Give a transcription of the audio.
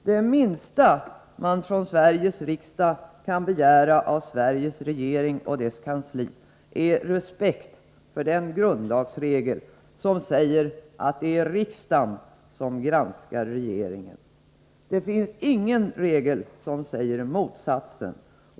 Det minsta man från Sveriges riksdag kan begära av Sveriges regering och dess kansli är respekt för den grundlagsregel som säger att det är riksdagen som granskar regeringen. Det finns ingen regel som säger motsatsen.